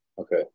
Okay